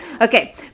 Okay